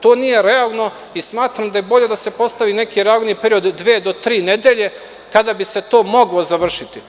To nije realno i smatram da je bolje da se postavi neki realniji period od dve do tri nedelje, kada bi se to moglo završiti.